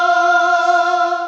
oh